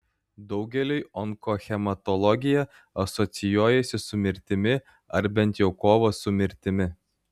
daugeliui onkohematologija asocijuojasi su mirtimi ar bent jau kova su mirtimi